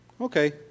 Okay